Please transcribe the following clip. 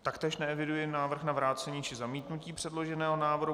Taktéž neeviduji návrh na vrácení či zamítnutí přeloženého návrhu.